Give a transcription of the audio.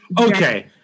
Okay